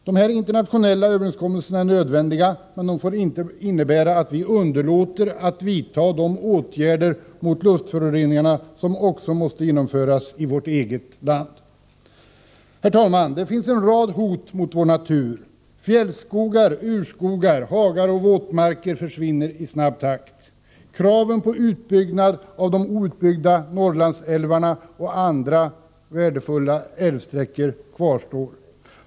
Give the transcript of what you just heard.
De internationella överenskommelserna är nödvändiga men får inte innebära att vi underlåter att vidta de åtgärder mot luftföroreningarna som också måste genomföras i vårt eget land. Herr talman! Det finns en rad hot mot vår natur. Fjällskogar, urskogar, hagar och våtmarker försvinner i snabb takt. Kraven på utbyggnad av de outbyggda Norrlandsälvarna och andra värdefulla älvsträckor kvarstår.